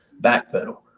backpedal